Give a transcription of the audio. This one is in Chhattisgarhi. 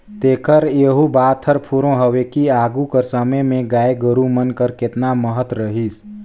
तेकर एहू बात हर फुरों हवे कि आघु कर समे में गाय गरू मन कर केतना महत रहिस